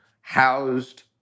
Housed